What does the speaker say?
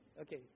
Okay